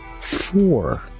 four